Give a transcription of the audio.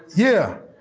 yeah,